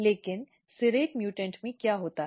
लेकिन सीरेट म्यूटेंट में क्या होता है